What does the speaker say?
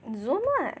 Zoom ah